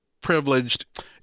privileged